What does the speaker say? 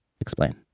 explain